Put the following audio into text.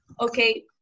okay